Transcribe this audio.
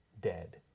dead